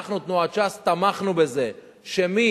אנחנו, תנועת ש"ס, תמכנו בזה שמי